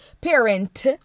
parent